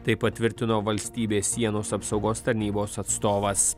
tai patvirtino valstybės sienos apsaugos tarnybos atstovas